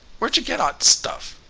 where'd yuh get at stuff?